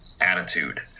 attitude